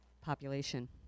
population